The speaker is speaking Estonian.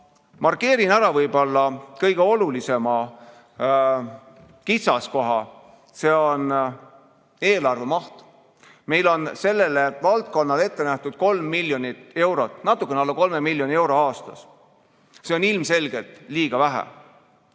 markeerin ära võib-olla kõige olulisema kitsaskoha. See on eelarve maht. Meil on sellele valdkonnale ette nähtud 3 miljonit eurot. Natukene alla 3 miljoni euro aastas on ilmselgelt liiga vähe.